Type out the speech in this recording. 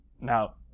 Now